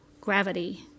gravity